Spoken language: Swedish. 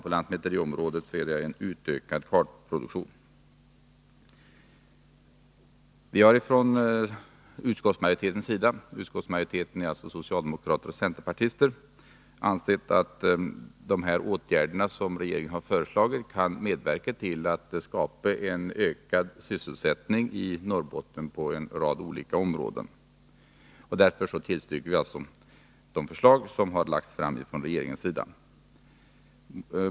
På lantmäteriområdet föreslås en utökad kartproduktion. Vi har från utskottsmajoritetens sida, som består av socialdemokrater, centerpartister och vpk, ansett att de åtgärder som regeringen har föreslagit kan medverka till att skapa en ökad sysselsättning i Norrbotten på en rad olika områden. Därför tillstyrker vi de förslag som har lagts fram från regeringens sida.